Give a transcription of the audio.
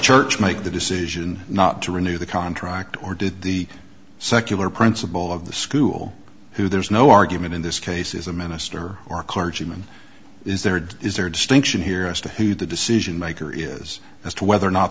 church make the decision not to renew the contract or did the secular principle of the school who there's no argument in this case is a minister or clergyman is there is there a distinction here as to who the decision maker is as to whether or not